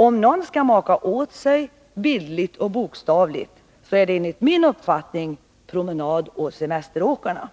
Om någon skall maka åt sig, bildligt och bokstavligt, så är det enligt min uppfattning promenadoch semesteråkarna.